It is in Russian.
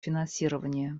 финансирования